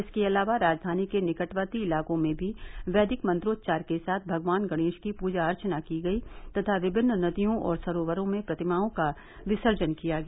इसके अलावा राजधानी के निकटवर्ती इलाकों में भी वैदिक मंत्रोच्चार के साथ भगवान गणेश की पूजा अर्चना की गयी तथा विभिन्न नदियों और सरोवरों में प्रतिमाओं का विसर्जन किया गया